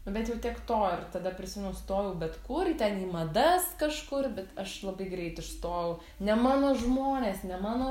nu bet jau tiek to ir tada prisimenu stojau bet kur į ten į madas kažkur bet aš labai greit išstojau ne mano žmonės ne mano